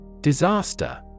Disaster